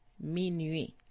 minuit